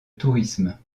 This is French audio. tourisme